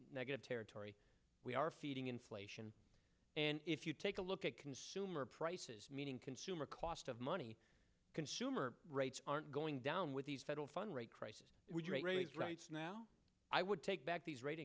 negative territory we are feeding inflation and if you take a look at consumer prices meaning consumer cost of money consumer rates aren't going down with these federal funds rate crisis rates right now i would take back these rate